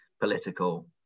political